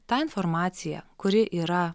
tą informaciją kuri yra